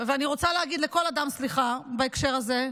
ואני רוצה להגיד לכל אדם סליחה בהקשר הזה.